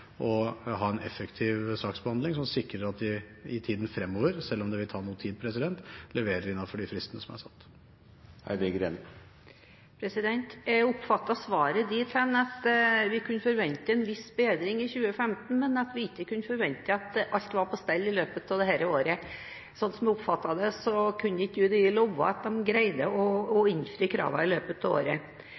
ha en effektiv saksbehandling, som sikrer at de i tiden fremover – selv om det vil ta noe tid – leverer innenfor de fristene som er satt. Jeg oppfattet svaret dit hen at vi kan forvente en viss bedring i 2015, men at vi ikke kan forvente at alt er på stell i løpet av dette året. Slik jeg oppfattet det, kunne ikke UDI love at de ville greie å innfri kravene i løpet av året.